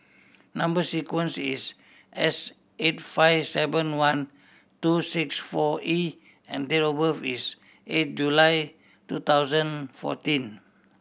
number sequence is S eight five seven one two six four E and date of birth is eight July two thousand fourteen